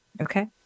Okay